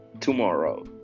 tomorrow